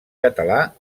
català